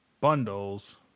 Bundles